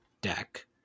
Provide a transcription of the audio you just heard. deck